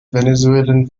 venezuelan